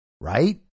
right